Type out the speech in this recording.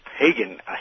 pagan